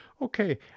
Okay